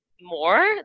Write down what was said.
more